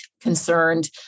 concerned